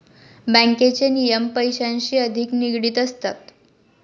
बँकेचे नियम पैशांशी अधिक निगडित असतात